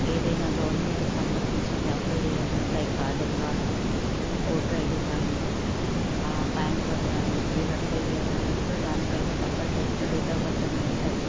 ఏదైనా గవర్నమెంట్కి సంబంధించింది అప్లయ్ చేయాలన్నా like Aadhaar card voter ID కానీ పాన్ కార్డ్ కానీ ఏవి అప్లయ్ చేయాలన్నా కూడా దాని పైన కంపల్సరీగా డేట్ అఫ్ బర్త్ అనేది ఉంటుంది